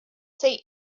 say